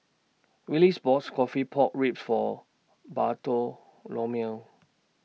Willis bots Coffee Pork Ribs For Bartholomew